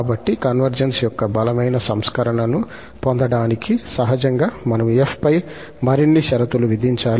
కాబట్టి కన్వర్జెన్స్ యొక్క బలమైన సంస్కరణను పొందడానికి సహజంగా మనము 𝑓 పై మరిన్ని షరతులు విధించాలి